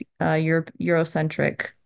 Eurocentric